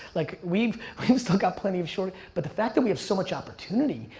like, we've we've still got plenty of short, but the fact that we have so much opportunity.